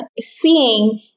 seeing